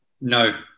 no